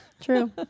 true